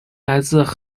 来自